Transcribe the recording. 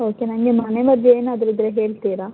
okay ನಂಗೆ ಮನೆ ಮದ್ದು ಏನಾದರು ಇದ್ರೆ ಹೇಳ್ತೀರ